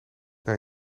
naar